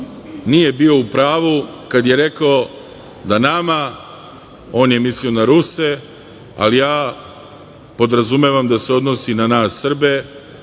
nije bio u pravu kad je rekao da nama, on je mislio na Ruse, ali ja podrazumevam da se odnosi na nas Srbe,